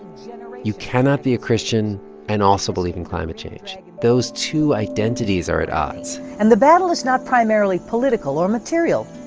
you cannot be a christian and also believe in climate change. those two identities are at odds and the battle is not primarily political or material.